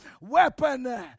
weapon